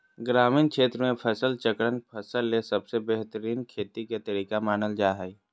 ग्रामीण क्षेत्र मे फसल चक्रण फसल ले सबसे बेहतरीन खेती के तरीका मानल जा हय